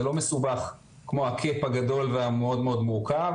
זה לא מסובך כמו הכיף הגדול והמאוד מאוד מורכב.